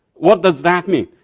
what does that mean?